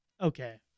okay